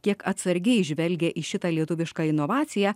kiek atsargiai žvelgia į šitą lietuvišką inovaciją